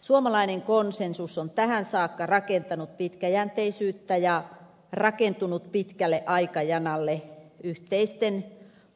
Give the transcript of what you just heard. suomalainen konsensus on tähän saakka rakentanut pitkäjänteisyyttä ja rakentunut pitkälle aikajanalle yhteisten